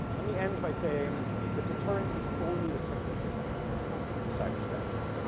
let me end by saying that deterrence is only the tip of the iceberg for cyber strategy.